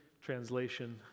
Translation